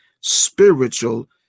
spiritual